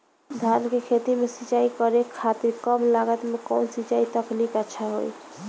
धान के खेती में सिंचाई खातिर कम लागत में कउन सिंचाई तकनीक अच्छा होई?